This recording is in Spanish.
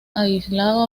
aislado